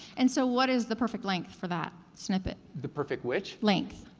and so what is the perfect length for that snippet? the perfect which? length,